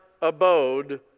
abode